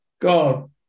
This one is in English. God